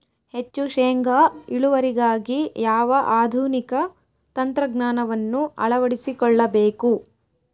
ಹೆಚ್ಚು ಶೇಂಗಾ ಇಳುವರಿಗಾಗಿ ಯಾವ ಆಧುನಿಕ ತಂತ್ರಜ್ಞಾನವನ್ನು ಅಳವಡಿಸಿಕೊಳ್ಳಬೇಕು?